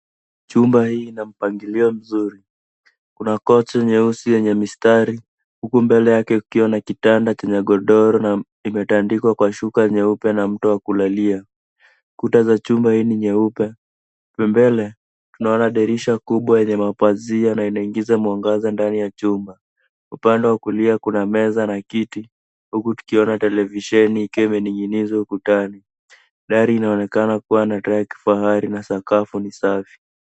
Chumba hii ina mpangilio mzuri. Kuna kochi nyeusi enye mistari, huku mbele yake kukiwa na kitanda chenye godoro na imetandikwa kwa shuka nyepe na mto wa kulalia, kuta za chumba hii ni nyeupe, mbele tunaona dirisha kubwa yenye mapazia na inaingiza mwangaza ndani ya chumba. Upande wa kulia kuna meza na kiti, huku tukiona televisheni ikiwa imening'inizwa ukutani, dari inaonekana kuwa na taa ya kifahari na sakafu ni safi.